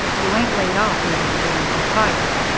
you ain't laid off, you understand you're fired.